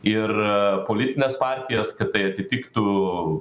ir politines partijos kad tai atitiktų